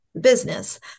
business